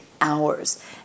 hours